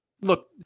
look